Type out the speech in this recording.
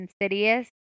Insidious